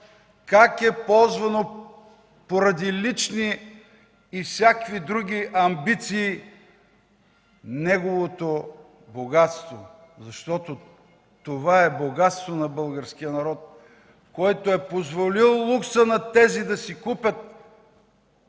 как е ползвано, поради лични и всякакви други амбиции, неговото богатство. Защото това е богатството на българския народ, който е позволил лукса на тези да си купят